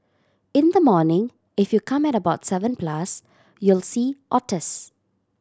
in the morning if you come at about seven plus you'll see otters